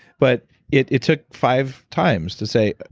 but it it took five times to say,